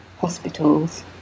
hospitals